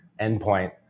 endpoint